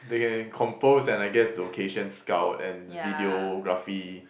they can compose and I guess location scout and videography